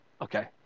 Okay